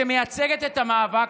שמייצגת את המאבק,